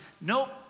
nope